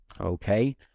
Okay